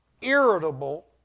irritable